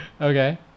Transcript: Okay